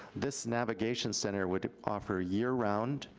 this navigation center would offer year-round,